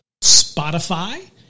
Spotify